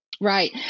Right